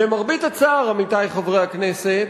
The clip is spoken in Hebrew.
למרבה הצער, עמיתי חברי הכנסת,